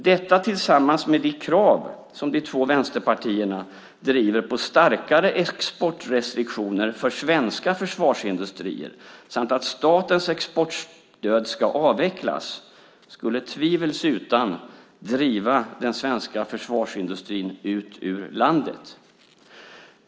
Detta skulle, tillsammans med de krav som de två vänsterpartierna driver på starkare exportrestriktioner för svenska försvarsindustrier och på att statens exportstöd ska avvecklas, tvivelsutan driva den svenska försvarsindustrin ut ur landet.